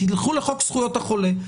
תלכו לחוק זכויות החולה.